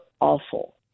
awful